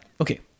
Okay